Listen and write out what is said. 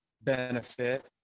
benefit